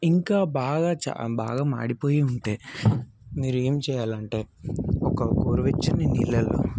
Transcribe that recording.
ఇంకా బాగా చా బాగా మాడిపోయి ఉంటే మీరు ఏం చేయాలంటే ఒక గోరువెచ్చని నీళ్ళలో